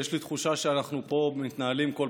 יש לי תחושה שאנחנו פה מתנהלים בכל